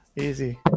Easy